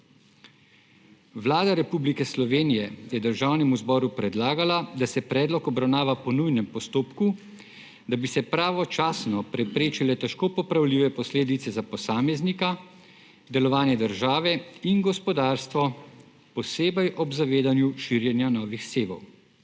Vlada Republike Slovenije je Državnemu zboru predlagala, da se predlog obravnava po nujnem postopku, da bi se pravočasno preprečile težko popravljive posledice za posameznika, delovanje države in gospodarstvo, posebej ob zavedanju širjenja novih sevov.